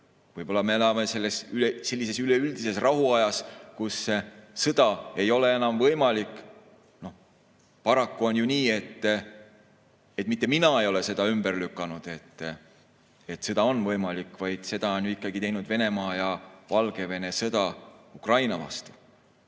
sest me elame sellises üleüldises rahuajas, kus sõda ei ole enam võimalik. Paraku on nii, et mitte mina ei ole seda ümber lükanud, et sõda on võimalik, vaid seda on ikkagi teinud Venemaa ja Valgevene sõda Ukraina vastu.